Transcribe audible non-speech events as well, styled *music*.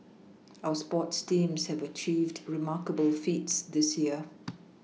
our sports teams have achieved remarkable feats this year *noise*